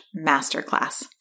masterclass